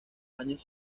años